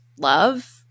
love